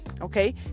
Okay